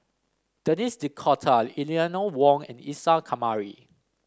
Denis D'Cotta Eleanor Wong and Isa Kamari